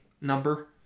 number